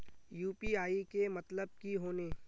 UPI के मतलब की होने?